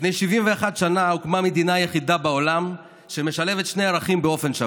לפני 71 שנה הוקמה המדינה היחידה בעולם שמשלבת שני ערכים באופן שווה,